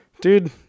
Dude